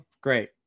great